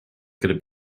could